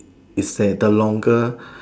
is that the longer